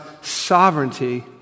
sovereignty